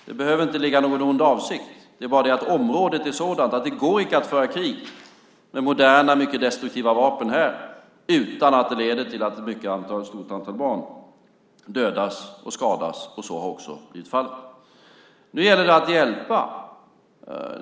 Det behöver inte ligga en ond avsikt bakom, men området är sådant att det inte går att föra krig med moderna, destruktiva vapen utan att det leder till att ett stort antal barn dödas och skadas, och så har också blivit fallet. Nu gäller det att hjälpa.